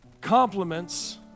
compliments